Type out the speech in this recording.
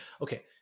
okay